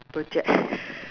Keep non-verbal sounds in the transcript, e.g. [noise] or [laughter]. project [laughs]